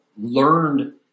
learned